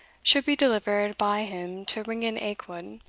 should be delivered by him to ringan aikwood,